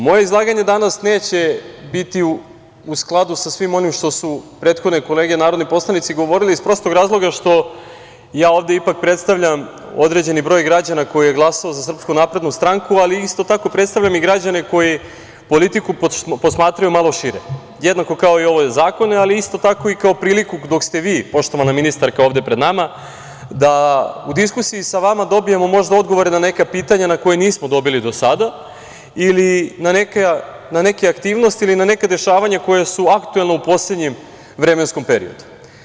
Moje izlaganje danas neće biti u skladu sa svim onim što su prethodne kolege narodni poslanici govorili iz prostog razloga što ovde ipak predstavljam određeni broj građana koje je glasao za Srpsku naprednu stranku, ali isto tako predstavljam i građane koji politiku posmatraju malo šire, jednako kao i ove zakone, ali isto tako kao i priliku dok ste vi, poštovana ministarka ovde pred nama, da u diskusiji sa vama dobijemo možda odgovore na neka pitanja koja nismo dobili do sada ili na neke aktivnosti ili na neka dešavanja koja su aktuelna u poslednjem vremenskom periodu.